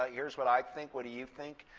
ah here's what i think. what do you think?